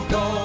go